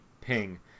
Ping